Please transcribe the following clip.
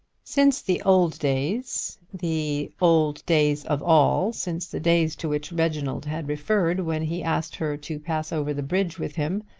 since the old days, the old days of all, since the days to which reginald had referred when he asked her to pass over the bridge with him,